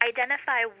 Identify